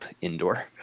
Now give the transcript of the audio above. indoor